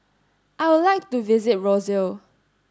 I would like to visit Roseau